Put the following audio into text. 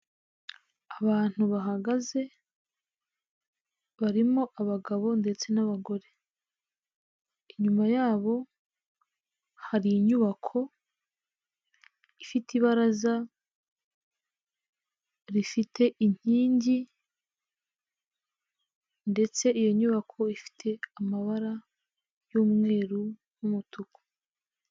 Abantu bahagaze barimo abagabo ndetse n'abagore inyuma yabo hari inyubako ifite ibaraza rifite inkingi, ndetse iyo nyubako ifite amabara y'umweru n'umutuku.